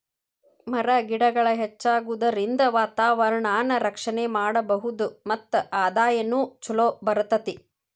ಮರ ಗಿಡಗಳ ಹೆಚ್ಚಾಗುದರಿಂದ ವಾತಾವರಣಾನ ರಕ್ಷಣೆ ಮಾಡಬಹುದು ಮತ್ತ ಆದಾಯಾನು ಚುಲೊ ಬರತತಿ